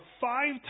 five